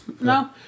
No